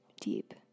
deep